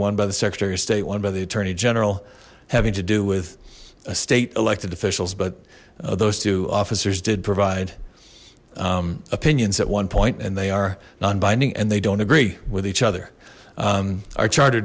one by the secretary of state one by the attorney general having to do with state elected officials but those two officers did provide opinions at one point and they are non binding and they don't agree with each other our charter